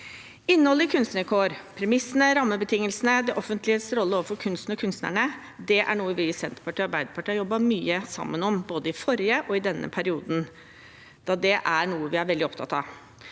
Innholdet i Kunstnarkår, premissene, rammebetingelsene, det offentliges rolle overfor kunsten og kunstnerne, er noe vi i Senterpartiet og Arbeiderpartiet har jobbet mye sammen om både i den forrige og i denne perioden, da det er noe vi er veldig opptatt av.